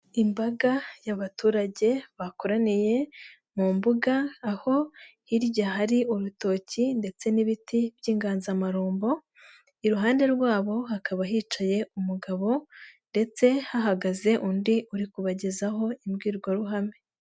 Imbaga y'abaturage bakoraniye mu mbuga aho hirya hari urutoki ndetse n'ibiti by'inganzamarumbo, iruhande rwabo hakaba hicaye umugabo ndetse hahagaze undi uri kubagezaho imbwirwaruhame.